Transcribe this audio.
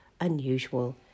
unusual